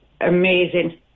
amazing